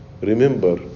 Remember